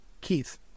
Keith